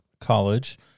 college